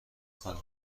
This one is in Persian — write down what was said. کنم